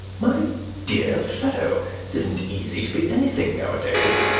my dear fellow, it isn't easy to be anything nowadays.